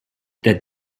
that